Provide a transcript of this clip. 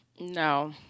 No